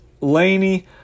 Laney